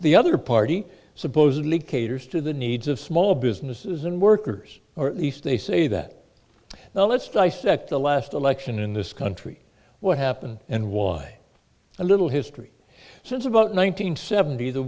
the other party supposedly caters to the needs of small businesses and workers or at least they say that now let's dissect the last election in this country what happened and why a little history says about nine hundred seventy the